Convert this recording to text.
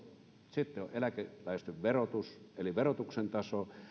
sitten on eläkeläisten verotus eli verotuksen taso